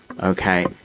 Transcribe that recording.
Okay